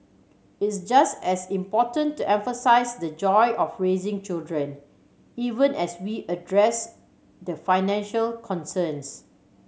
it's just as important to emphasise the joy of raising children even as we address the financial concerns